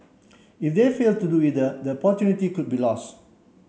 if they fail to do either the opportunity could be lost